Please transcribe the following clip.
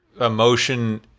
emotion